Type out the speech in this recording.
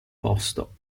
posto